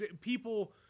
people